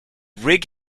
rig